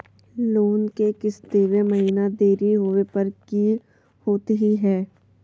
Loan के किस्त देवे महिना देरी होवे पर की होतही हे?